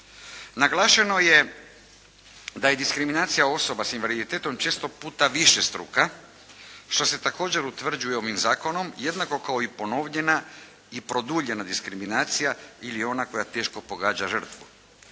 Naglašeno je da je diskriminacija osoba s invaliditetom često puta višestruka što se također utvrđuje ovim zakonom jednako kao i ponovljena i produljena diskriminacija ili ona koja teško pogađa žrtvu.